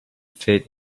fit